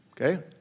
okay